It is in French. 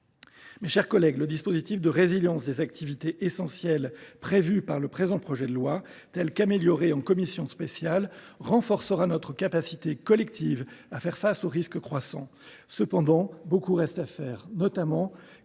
Mes chers collègues, le dispositif de résilience des activités essentielles prévu par le présent projet de loi et amélioré par la commission spéciale renforcera notre capacité collective à faire face aux risques croissants. Cependant, beaucoup reste à faire, notamment